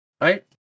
Right